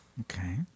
Okay